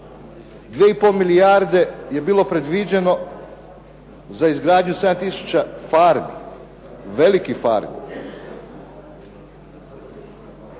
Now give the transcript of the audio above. pol milijarde je bilo predviđeno za izgradnju 7 tisuća farmi, velikih farmi.